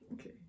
Okay